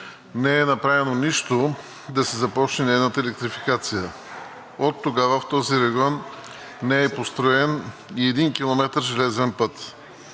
не е направено нищо да се започне нейната електрификация. Оттогава в този регион не е построен и един километър железен път.